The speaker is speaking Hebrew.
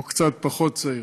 או קצת פחות צעיר.